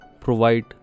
provide